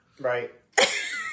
Right